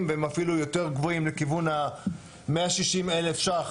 והם יותר גבוהים לכיוון ה-160,000 ש"ח